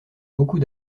beaucoup